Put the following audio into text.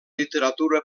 literatura